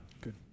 Good